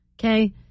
Okay